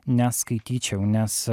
neskaityčiau nes